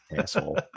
Asshole